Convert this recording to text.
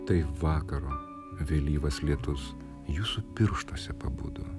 tai vakaro vėlyvas lietus jūsų pirštuose pabudo